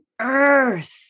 earth